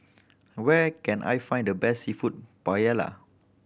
where can I find the best Seafood Paella